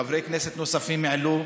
חברי כנסת נוספים העלו,